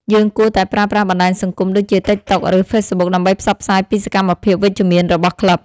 យើងគួរតែប្រើប្រាស់បណ្ដាញសង្គមដូចជា ទិកតុក ឬ ហ្វេសប៊ុក ដើម្បីផ្សព្វផ្សាយពីសកម្មភាពវិជ្ជមានរបស់ក្លឹប។